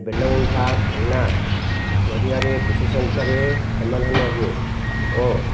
ବେଲଗୁଣ୍ଠା ଥାନା ଜରିଆରେ ବିଶେଷ ସଂଖ୍ୟାରେ ସମାଧାନ ହୁଏ ଓ